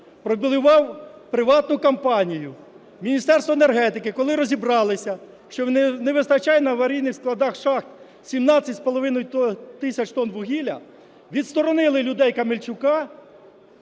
пролобіював приватну компанію. В Міністерстві енергетики коли розібралися, що не вистачає на аварійних складах шахт 17,5 тисяч тонн вугілля, відсторонили людей Камельчука.